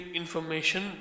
information